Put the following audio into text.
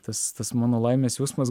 tas tas mano laimės jausmas